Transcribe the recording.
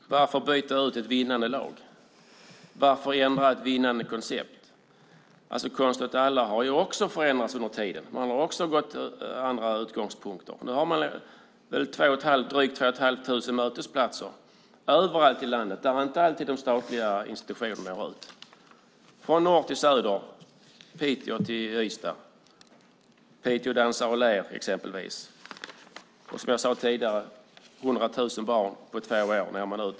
Fru talman! Varför byta ut ett vinnande lag? Varför ändra ett vinnande koncept? Konst åt alla har också förändrats under tiden. Man har fått andra utgångspunkter. Nu har man drygt två och ett halvt tusen mötesplatser överallt i landet, där inte alltid de statliga institutionerna når ut. Det är från norr till söder, från Piteå till Ystad, Piteå dansar och ler exempelvis. Som jag sade tidigare når man ut till 100 000 barn på två år.